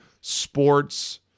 sports